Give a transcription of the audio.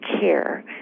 care